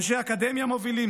אנשי אקדמיה מובילים,